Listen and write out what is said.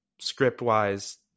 script-wise